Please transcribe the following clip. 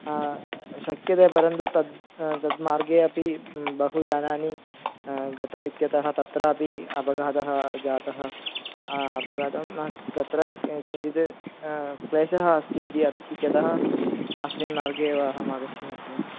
शक्यते परन्तु तत् तत् मार्गे अपि बहु यानानि गतम् इत्यतः तत्रापि अपगातः जातः अपगातं नास्ति तत्र किञ्चित् क्लेशः अस्ति इति इत्यतः अस्मिन् मार्गे एव अहम् आगच्छन्नस्ति